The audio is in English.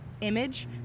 image